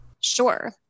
Sure